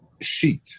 sheet